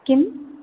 किम्